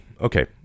okay